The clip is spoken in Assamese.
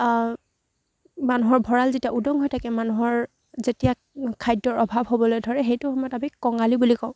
মানুহৰ ভঁৰাল যেতিয়া উদং হৈ থাকে মানুহৰ যেতিয়া খাদ্যৰ অভাৱ হ'বলৈ ধৰে সেইটো সময়ত আমি কঙালী বুলি কওঁ